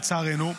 לצערנו,